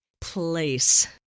place